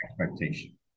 expectation